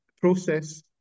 process